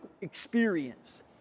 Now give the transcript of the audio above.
experience